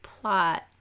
plot